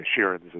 Sheeran's